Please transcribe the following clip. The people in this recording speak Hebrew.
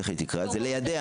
תכף היא תקרא את זה: ליידע.